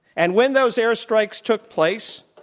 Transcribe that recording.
and when those airstrikes took place,